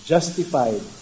Justified